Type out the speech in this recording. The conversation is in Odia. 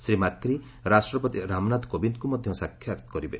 ଶ୍ରୀ ମାକ୍ରି ରାଷ୍ଟ୍ରପତି ରାମନାଥ କୋବିନ୍ଦଙ୍କୁ ମଧ୍ୟ ସାକ୍ଷାତ କରିବେ